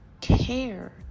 care